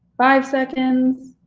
five seconds.